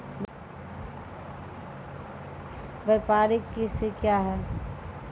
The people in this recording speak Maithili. व्यापारिक कृषि क्या हैं?